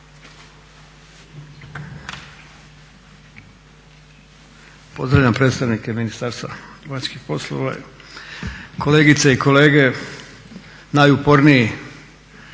Pozdravljam predstavnike Ministarstva vanjskih poslova, kolegice i kolege najuporniji.